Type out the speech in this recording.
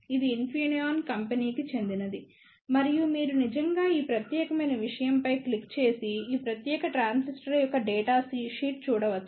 ఇది ఇన్ఫినియోన్ కంపెనీకి చెందినది మరియు మీరు నిజంగా ఈ ప్రత్యేకమైన విషయం పై క్లిక్ చేసి ఈ ప్రత్యేక ట్రాన్సిస్టర్ యొక్క డేటా షీట్ చూడవచ్చు